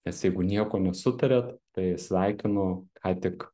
nes jeigu nieko nesutariat tai sveikinu ką tik